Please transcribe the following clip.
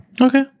Okay